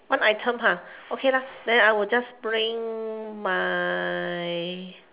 one items ah okay lah then I will just bring my